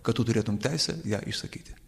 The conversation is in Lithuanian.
kad tu turėtum teisę ją išsakyti